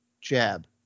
Jab